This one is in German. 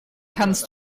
kannst